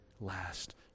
last